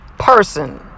person